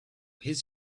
his